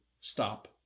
stop